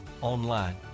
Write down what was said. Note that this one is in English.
online